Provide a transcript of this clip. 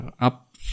up